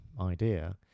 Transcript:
idea